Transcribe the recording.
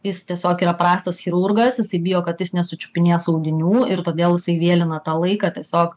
jis tiesiog yra prastas chirurgas jisai bijo kad jis nesučiupinės audinių ir todėl jisai vėlina tą laiką tiesiog